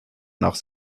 nach